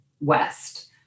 west